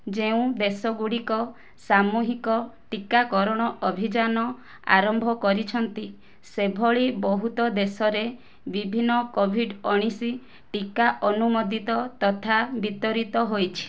ଯେଉଁ ଦେଶଗୁଡିକ ସାମୁହିକ ଟୀକାକରଣ ଅଭିଯାନ ଆରମ୍ଭ କରିଛନ୍ତି ସେଭଳି ବହୁତ ଦେଶରେ ବିଭିନ୍ନ କୋଭିଡ୍ ଉଣାଇଶ ଟିକା ଅନୁମୋଦିତ ତଥା ବିତରିତ ହୋଇଛି